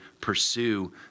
pursue